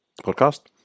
podcast